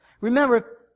Remember